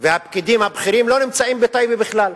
והפקידים הבכירים לא נמצאים בטייבה בכלל.